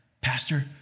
Pastor